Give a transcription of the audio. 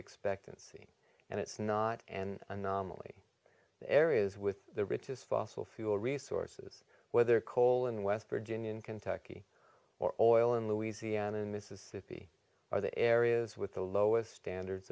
expectancy and it's not an anomaly the areas with the richest fossil fuel resources whether coal in west virginia in kentucky or oil in louisiana mississippi are the areas with the lowest standards